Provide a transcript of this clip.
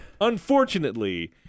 unfortunately